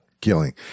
killing